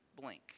blink